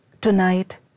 Tonight